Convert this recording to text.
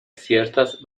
ciertas